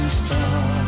star